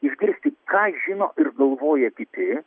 išgirsti ką žino ir galvoja kiti